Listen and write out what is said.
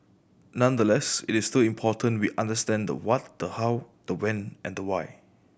nonetheless it is still important we understand the what the how the when and the why